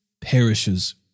perishes